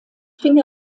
fing